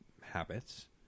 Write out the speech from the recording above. habits